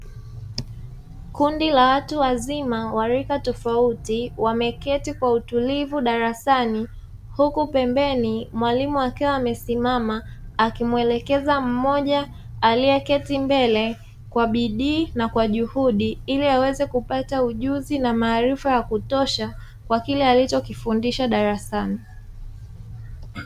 Kundi la watu wazima wa rika tofauti, wameketi kwa utulivu darasani , huku pembeni mwalimu akiwa amesimama akimuelekeza mmoja aliye keti mbele, kwa bidii na kwa juhudi ili aweze kupata ujuzi na maarifa ya kutosha kwa kile alicho kifundisha darasani.